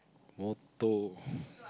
motor